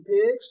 pigs